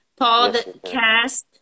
Podcast